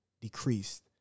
decreased